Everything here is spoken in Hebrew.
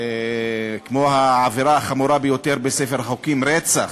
כמו העבירה החמורה ביותר בספר החוקים שהיא רצח,